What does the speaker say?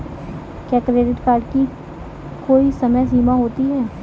क्या credit card की कोई समय सीमा होती है?